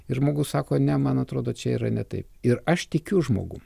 ir žmogus sako ne man atrodo čia yra ne taip ir aš tikiu žmogum